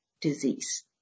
disease